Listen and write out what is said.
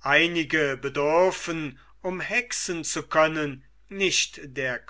einige bedürfen um hexen zu können nicht der